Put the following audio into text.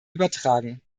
übertragen